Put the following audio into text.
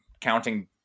counting